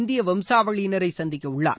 இந்திய வம்சாவழியினரை சந்திக்கவுள்ளார்